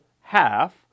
half